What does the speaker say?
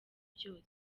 byose